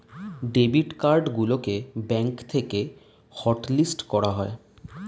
debit card গুলোকে bank থেকে hotlist করা যায়